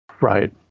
Right